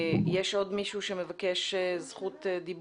יש עוד מישהו שרוצה להתייחס?